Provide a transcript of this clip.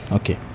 okay